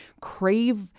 crave